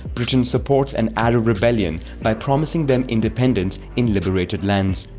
britain supports an arab rebellion by promising them independence in liberated lands.